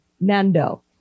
Nando